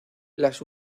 las